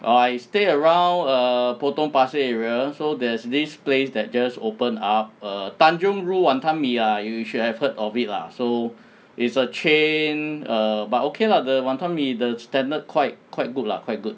err I stay around err potong pasir area so there's this place that just open up err tanjong rhu wanton mee ah you should have heard of it lah so it's a chain err but okay lah the wanton mee the standard quite quite good lah quite good